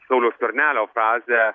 sauliaus skvernelio frazę